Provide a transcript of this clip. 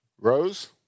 Rose